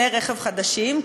כלי רכב חדשים,